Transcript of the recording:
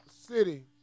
city